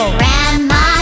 Grandma